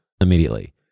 immediately